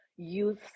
use